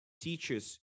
teachers